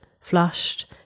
flushed